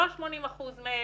לא 80% מ...